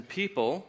people